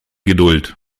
geduld